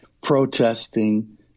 protesting